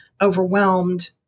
overwhelmed